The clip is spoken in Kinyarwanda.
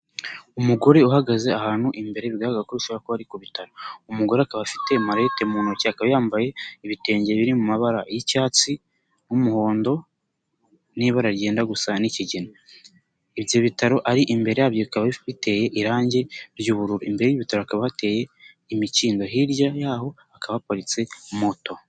Umugore uhagaze ahantu imbere bigaragara ko bishobora kuba ari ku bitaro umugore akaba afite marete mu ntoki aka yambaye ibitenge biri mu mabara y'icyatsi n'umuhondo n'ibara ryenda gusa n'ikigina ibyo bitaro ari imbere yabyo bikaba bite irangi ry'ubururu imbere y'ibitaro akaba biteye irangi ry'ubururu imbere y'ibitaro hakaba hateye imikindo hirya y'aho hakaba haparitse moto.